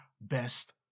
best